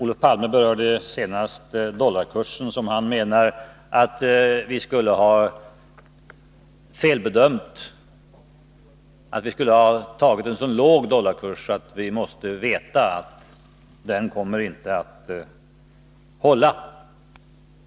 Olof Palme berörde senast dollarkursen, som han menade att vi skulle ha felbedömt och satt så lågt att vi måste veta att den inte skulle hålla.